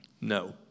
No